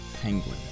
Penguin